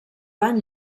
van